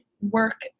work